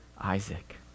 Isaac